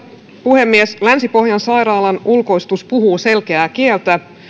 puhemies länsi pohjan sairaalan ulkoistus puhuu selkeää kieltä